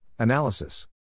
Analysis